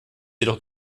jedoch